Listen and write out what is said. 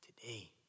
today